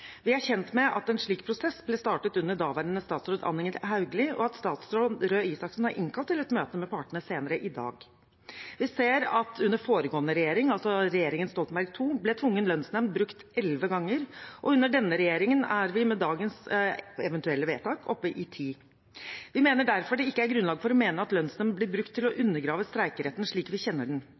Vi er kjent med at en slik prosess ble startet under daværende statsråd Anniken Hauglie, og at statsråd Røe Isaksen har innkalt til et møte med partene senere i dag. Vi ser at under foregående regjering, altså regjeringen Stoltenberg II, ble tvungen lønnsnemnd brukt 11 ganger, og under denne regjeringen er vi med dagens eventuelle vedtak oppe i 10. Vi mener derfor det ikke er grunnlag for å mene at lønnsnemnd blir brukt til å undergrave streikeretten slik vi kjenner den.